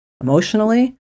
emotionally